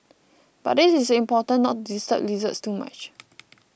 but it is important not to disturb lizards too much